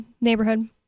neighborhood